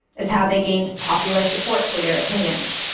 it's how they gained popular support for their opinions.